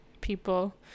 people